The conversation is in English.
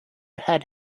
had